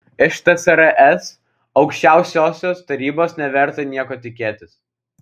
iš tsrs aukščiausiosios tarybos neverta nieko tikėtis